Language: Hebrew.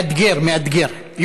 מאתגר, מאתגר.